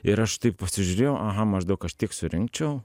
ir aš taip pasižiūrėjau aha maždaug aš tiek surinkčiau